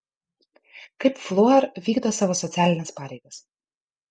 kaip fluor vykdo savo socialines pareigas